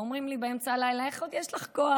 ואומרים לי באמצע הלילה: איך עוד יש לך כוח?